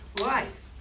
life